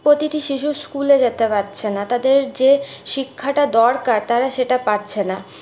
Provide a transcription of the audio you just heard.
প্রতিটি শিশু স্কুলে যেতে পারছে না তাদের যে শিক্ষাটা দরকার তারা সেটা পাচ্ছে না